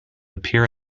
appear